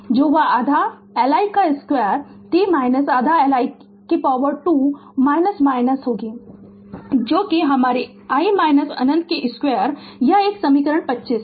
तो वह आधा Li 2 t - आधा Li 2 अनंत है जो कि कि हमारे i अनंत 2 यह समीकरण 25 है